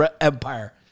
empire